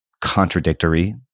contradictory